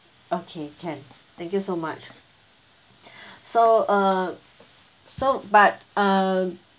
okay can thank you so much so uh so but uh